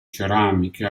ceramiche